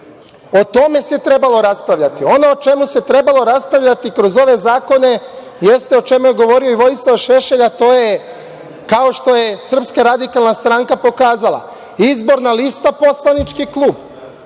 O tome se trebalo raspravljati. Ono o čemu se trabalo raspravljati kroz ove zakone, jeste o čemu je govorio o Vojislav Šešelj, a to je kao što je SRS pokazala, izborna lista, poslanički klub